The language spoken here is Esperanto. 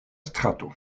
strato